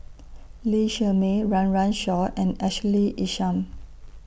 Lee Shermay Run Run Shaw and Ashley Isham